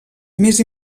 més